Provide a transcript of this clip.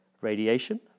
radiation